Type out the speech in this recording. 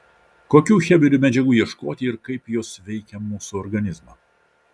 kokių cheminių medžiagų ieškoti ir kaip jos veikia mūsų organizmą